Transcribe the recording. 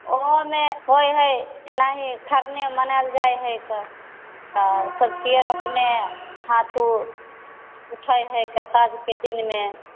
ओहोमे होइ है एनाही खरने मनायल जाइत है कऽ सँझुका अर्घ्यमे हाथो उठै है कऽ साँझके दिनमे